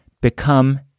become